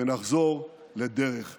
ונחזור לדרך המלך.